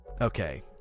Okay